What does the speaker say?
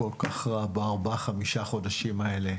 הכול כל כך רע בארבעה-חמישה חודשים האלה?